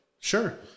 Sure